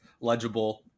legible